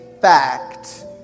fact